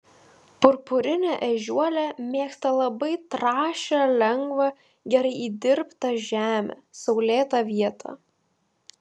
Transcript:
purpurinė ežiuolė mėgsta labai trąšią lengvą gerai įdirbtą žemę saulėtą vietą